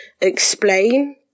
explain